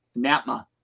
NAPMA